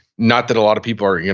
not that a lot of people are, you know